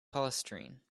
polystyrene